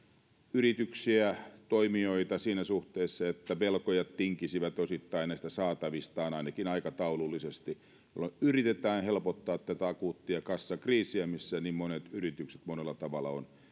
yrityksiä toimijoita siinä suhteessa että velkojat tinkisivät osittain saatavistaan ainakin aikataulullisesti millä yritetään helpottaa tätä akuuttia kassakriisiä missä niin monet yritykset monella tavalla ovat